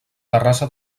terrassa